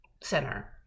center